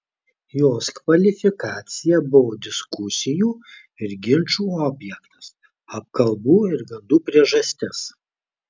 jos kvalifikacija buvo diskusijų ir ginčų objektas apkalbų ir gandų priežastis